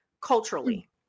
culturally